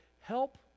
Help